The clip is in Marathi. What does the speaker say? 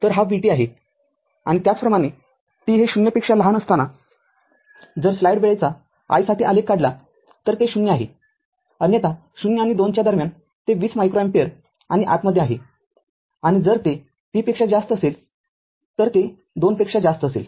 तरहा vt आहे आणि त्याचप्रमाणे t हे ० पेक्षा लहान असताना जर स्लाईड वेळेचा i साठी आलेख काढला तर ते ० आहे अन्यथा ० आणि २ च्या दरम्यान ते २० मायक्रो अँपिअर आणि आतमध्ये आहे आणि जर ते t पेक्षा जास्त असेल तर ते २ पेक्षा जास्त असेल